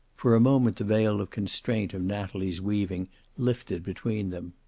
for a moment the veil of constraint of natalie's weaving lifted between them.